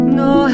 no